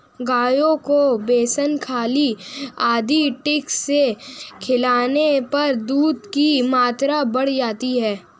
गायों को बेसन खल्ली आदि ठीक से खिलाने पर दूध की मात्रा बढ़ जाती है